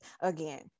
again